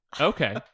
Okay